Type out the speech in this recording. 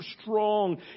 strong